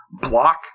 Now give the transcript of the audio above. block